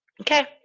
Okay